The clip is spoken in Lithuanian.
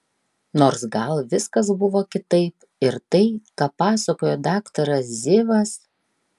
nors gal viskas buvo kitaip ir tai ką pasakojo daktaras zivas